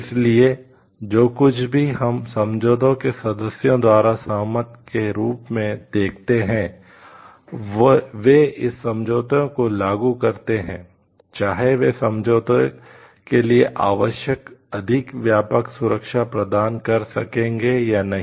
इसलिए जो कुछ भी हम समझौते के सदस्यों द्वारा सहमत के रूप में देखते हैं वे इस समझौते को लागू करते हैं चाहे वे समझौते के लिए आवश्यक अधिक व्यापक सुरक्षा प्रदान कर सकें या नहीं